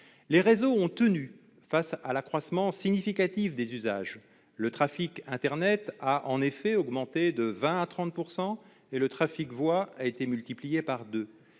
Les réseaux ont tenu face à l'accroissement significatif des usages : le trafic internet a en effet augmenté de 20 % à 30 % et le trafic voix a été multiplié par